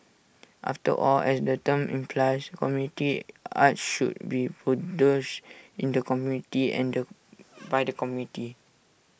after all as the term implies community arts should be produced in the community and by the community